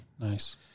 Nice